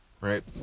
right